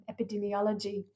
epidemiology